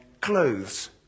clothes